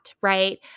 right